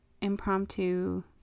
impromptu